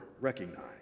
recognize